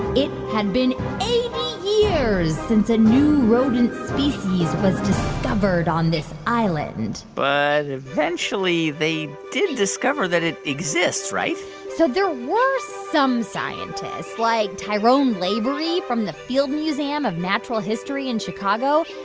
it had been eighty years since a new rodent species was discovered on this island but eventually, they did discover that it exists, right? so there were some scientists, like tyrone lavery from the field museum of natural history in chicago.